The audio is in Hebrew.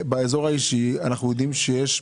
באזור האישי אנחנו יודעים שיש,